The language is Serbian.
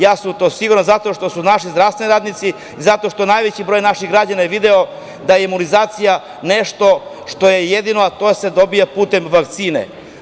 Ja sam u to siguran, zato što su naši zdravstveni radnici, zato što najveći broj naših građana je video da je imunizacija nešto što je jedino, a koja se dobija putem vakcine.